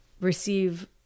receive